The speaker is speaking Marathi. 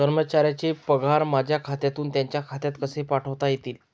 कर्मचाऱ्यांचे पगार माझ्या खात्यातून त्यांच्या खात्यात कसे पाठवता येतील?